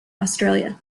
australia